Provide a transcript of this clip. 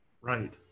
Right